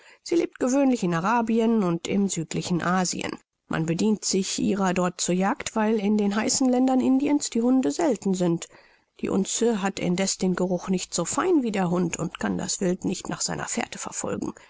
sie lebt gewöhnlich in arabien und im südlichen asien man bedient sich ihrer dort zur jagd weil in den heißen ländern asiens die hunde selten sind die unze hat indeß den geruch nicht so fein wie der hund und kann das wild nicht nach seiner fährte verfolgen